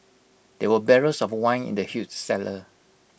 there were barrels of wine in the huge cellar